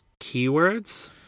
keywords